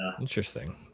Interesting